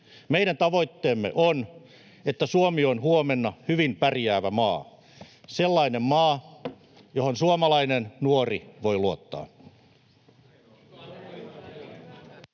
Meidän tavoitteemme on, että Suomi on huomenna hyvin pärjäävä maa. Sellainen maa, johon suomalainen nuori voi luottaa.